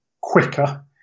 quicker